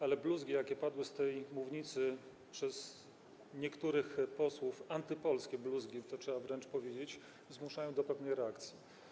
Ale bluzgi, jakie padły z tej mównicy ze strony niektórych posłów, antypolskie bluzgi - to trzeba wręcz powiedzieć - zmuszają do pewnej reakcji.